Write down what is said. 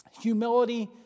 Humility